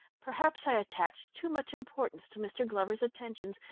perhaps i attached too much importance to mr. glover's attentions,